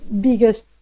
biggest